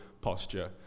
posture